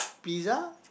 pizza